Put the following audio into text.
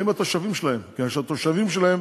בתושבים שלהם, כיוון שהתושבים שלהם